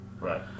right